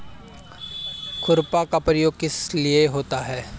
खुरपा का प्रयोग किस लिए होता है?